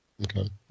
Okay